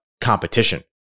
competition